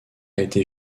été